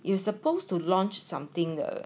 it was supposed to launch something 的